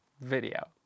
video